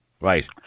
right